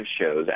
shows